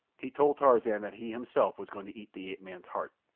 he told tarzan that he himself was going to eat the ape-man's heart.